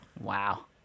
Wow